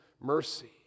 mercy